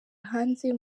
hanze